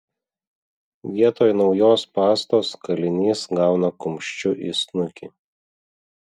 vietoj naujos pastos kalinys gauna kumščiu į snukį